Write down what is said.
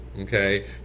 okay